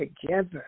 together